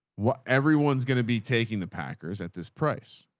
what everyone's going to be taking the packers at this price?